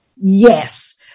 Yes